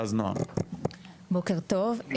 בוקר טוב,